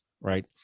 right